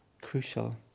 crucial